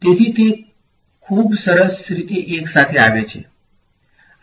તેથી તે બધું ખૂબ સરસ રીતે એક સાથે આવે છે